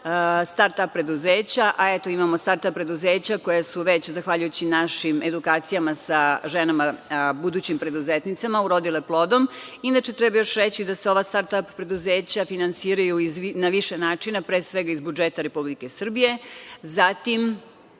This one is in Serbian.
start-ap preduzeća, a eto imamo start-ap preduzeća koja su već zahvaljujući našim edukacijama sa ženama budućim preduzetnicama urodile plodom. Inače, treba još reći da se ova start-ap preduzeća finansiraju na više načina, pre svega iz budžeta Republike Srbije, zatim